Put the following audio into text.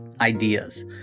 ideas